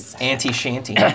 Anti-shanty